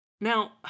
Now